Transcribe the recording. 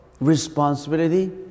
responsibility